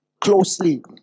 closely